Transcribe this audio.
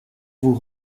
vous